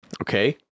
Okay